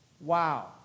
Wow